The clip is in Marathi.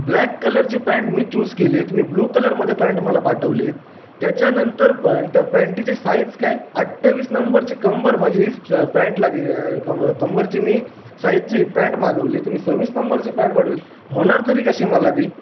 ब्लॅक कलरची पॅन्ट मी चूज केली तुम्ही ब्लू कलरमध्ये पॅन्ट मला पाठवलीत त्याच्यानंतर पण त्या पँटीची साईज काय अठ्ठावीस नंबरची कंबर माझी स् प् पॅन्टला कं कंबरची मी साईजची पॅन्ट मागवली तुम्ही सव्वीस नंबरची पॅन्ट पाठवलीत होणार तरी कशी मला ती